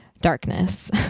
darkness